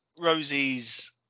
rosie's